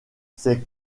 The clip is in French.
ces